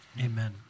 amen